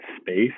space